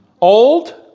old